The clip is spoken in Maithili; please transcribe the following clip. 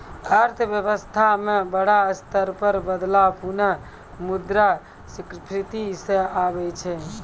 अर्थव्यवस्था म बड़ा स्तर पर बदलाव पुनः मुद्रा स्फीती स आबै छै